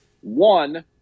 one